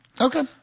Okay